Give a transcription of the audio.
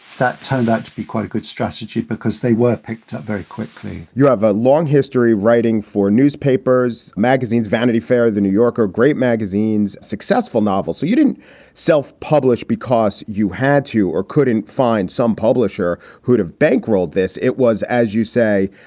that turned out to be quite a good strategy because they were picked up very quickly you have a long history writing for newspapers, magazines, vanity fair, the new yorker, great magazines, successful novels. so you didn't self-publish because you had to or couldn't find some publisher who'd have bankrolled this. it was, as you say,